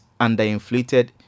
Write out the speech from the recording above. underinflated